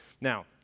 Now